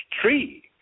tree